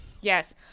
Yes